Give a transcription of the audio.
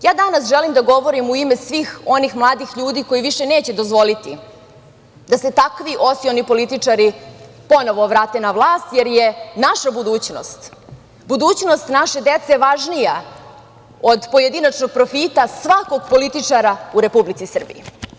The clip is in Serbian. Konačno, ja danas želim da govorim u ime svih onih mladih ljudi koji više neće dozvoliti da se takvi osioni političari ponovo vrate na vlast, jer je naša budućnost, budućnost naše dece važnija od pojedinačnog profita svakog političara u Republici Srbiji.